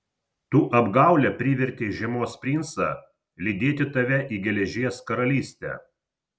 tu apgaule privertei žiemos princą lydėti tave į geležies karalystę